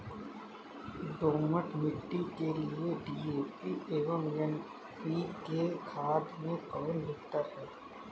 दोमट मिट्टी के लिए डी.ए.पी एवं एन.पी.के खाद में कौन बेहतर है?